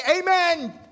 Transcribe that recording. Amen